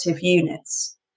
units